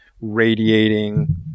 radiating